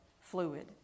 fluid